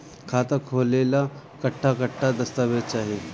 खाता खोले ला कट्ठा कट्ठा दस्तावेज चाहीं?